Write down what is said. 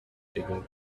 digging